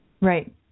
Right